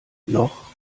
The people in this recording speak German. noch